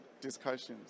discussions